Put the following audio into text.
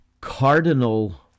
cardinal